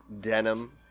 denim